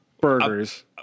burgers